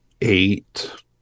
eight